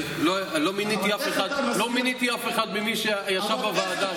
לא מיניתי אף אחד ממי שישב בוועדה.